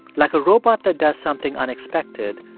like a robot that does something unexpected,